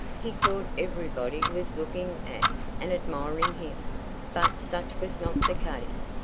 he thought every body was looking at and admiring him but such was not the case.